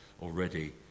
already